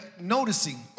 noticing